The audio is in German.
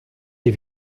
die